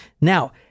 Now